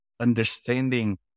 Understanding